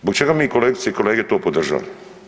Zbog čega mi kolegice i kolege to podržajemo?